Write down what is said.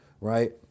right